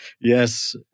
Yes